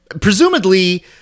Presumably